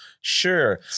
Sure